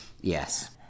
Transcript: Yes